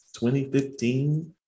2015